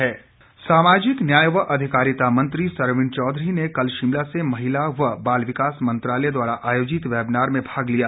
webinar सामाजिक न्याय व अधिकारिता मंत्री सरवीण चौधरी ने कल शिमला से महिला व बाल विकास मंत्रालय द्वारा आयोजित वेबनार में भाग लिया